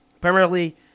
Primarily